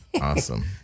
Awesome